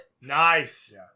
Nice